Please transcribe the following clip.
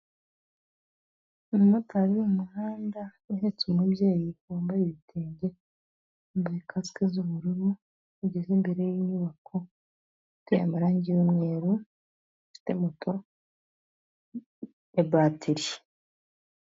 Umumotari mu muhanda uhetse umubyeyi wambaye ibitenge, bambaye kasike z'ubururu, bageze imbere y'inyubako iteye amarangi y'umweru, afite moto ya batiri.